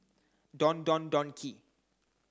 Don Don Donki